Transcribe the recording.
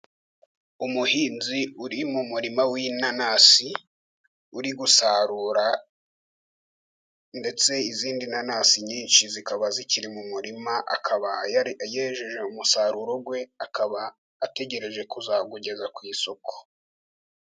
Umuhinzi uri mu murima w'inanasi uri gusarura ndetse, izindi nanasi nyinshi zikaba zikiri mu murima, akaba yejeje umusaruro we akaba ategereje kuzawugeza ku isoko.